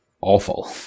awful